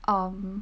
um